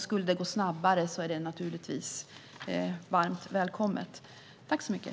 Skulle det gå snabbare är det naturligtvis varmt välkommet.